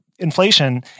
inflation